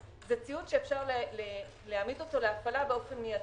זה ציוד שאפשר להעמיד אותו להפעלה באופן מידי.